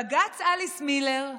בג"ץ אליס מילר,